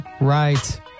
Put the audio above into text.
right